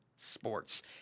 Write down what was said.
Sports